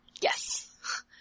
Yes